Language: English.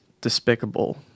despicable